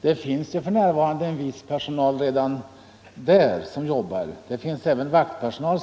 Det finns redan för närvarande viss personal som arbetar där, såvitt jag vet även vaktpersonal.